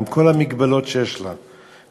עם כל המגבלות שיש לה,